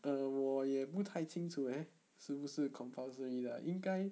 err 我也不太清楚 leh 是不是 compulsory ah 应该